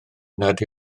nad